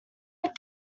had